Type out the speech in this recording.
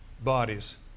bodies